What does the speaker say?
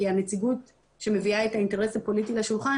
כי הנציגות שמביאה את האינטרס הפוליטי אל השולחן